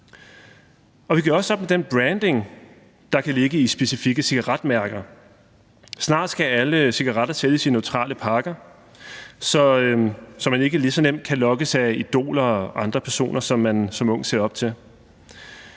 Og vi gør også op med den branding, der kan ligge i specifikke cigaretmærker. Snart skal alle cigaretter sælges i neutrale pakker, så man ikke lige så nemt kan lokkes af idoler og andre personer, som man som ung ser op til.